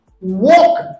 walk